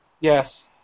Yes